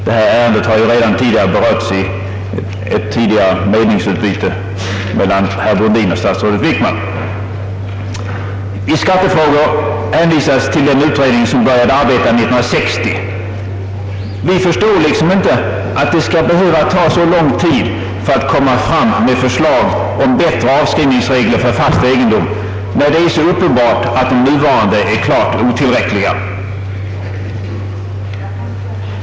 Detta ärende har ju redan berörts i ett meningsutbyte mellan herr Brundin och statsrådet Wickman. I skattefrågor hänvisas till den utredning som började arbeta år 1960. Vi förstår liksom inte, att det skall behöva ta så lång tid för att komma fram med förslag om bättre avskrivningsreg ler för fast egendom när det är så uppenbart att de nuvarande är klart otillräckliga.